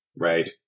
Right